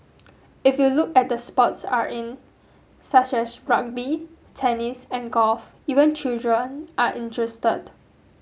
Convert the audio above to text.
if you look at the sports are in such as rugby tennis and golf even children are interested